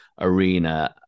arena